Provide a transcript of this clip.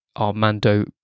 Armando